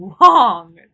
long